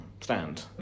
stand